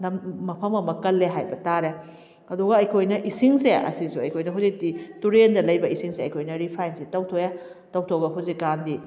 ꯃꯐꯝ ꯑꯃ ꯀꯜꯂꯦ ꯍꯥꯏꯕ ꯇꯥꯔꯦ ꯑꯗꯨꯒ ꯑꯩꯈꯣꯏꯅ ꯏꯁꯤꯡꯁꯦ ꯑꯁꯤꯁꯨ ꯑꯩꯈꯣꯏꯅ ꯍꯧꯖꯤꯛꯇꯤ ꯇꯨꯔꯦꯟꯗ ꯂꯩꯕ ꯏꯁꯤꯡꯁꯦ ꯑꯩꯈꯣꯏꯅ ꯔꯤꯐꯥꯏꯟꯁꯦ ꯇꯧꯊꯣꯛꯑꯦ ꯇꯧꯊꯣꯛꯑꯒ ꯍꯧꯖꯤꯛ ꯀꯥꯟꯗꯤ